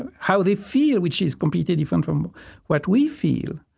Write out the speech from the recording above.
and how they feel, which is completely different from what we feel,